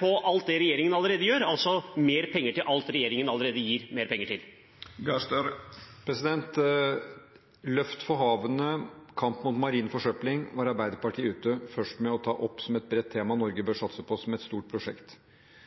av alt det regjeringen allerede gjør, altså mer penger til alt det regjeringen allerede gir mer penger til? Løft for havene og kamp mot marin forsøpling var Arbeiderpartiet først ute med å ta opp som et bredt tema, og som Norge bør satse på som et stort prosjekt.